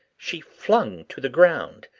she flung to the ground,